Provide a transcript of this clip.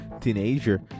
teenager